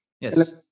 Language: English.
Yes